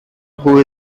who